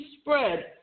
spread